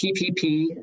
PPP